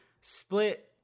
Split